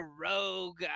rogue